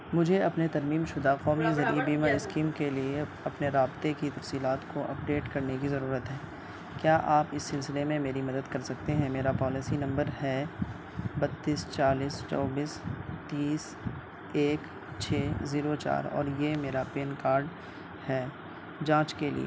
مجھے اپنے ترمیم شدہ قومی زرعی بیمہ اسکیم کے لیے اپنے رابطے کی تفصیلات کو اپڈیٹ کرنے کی ضرورت ہے کیا آپ اس سلسلے میں میری مدد کر سکتے ہیں میرا پالیسی نمبر ہے بتیس چالیس چوبیس تیس ایک چھ زیرو چار اور یہ میرا پین کاڈ ہے جانچ کے لیے